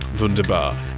wunderbar